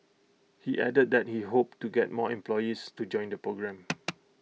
he added that he hoped to get more employees to join the programme